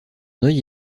œil